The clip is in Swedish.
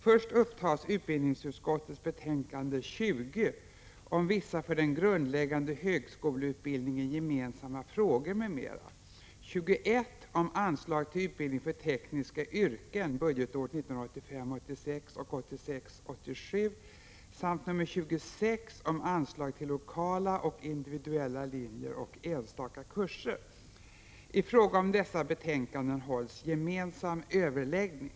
Först upptas utbildningsutskottets betänkanden 20 om vissa för den grundläggande högskoleutbildningen gemensamma frågor, m.m., 21 om anslag till utbildning för tekniska yrken budgetåren 1985 87 samt 26 om anslag till lokala och individuella linjer och enstaka kurser. I fråga om dessa betänkanden hålls gemensam överläggning.